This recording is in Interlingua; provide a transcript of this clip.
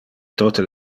tote